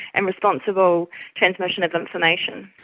and responsible transmission of information.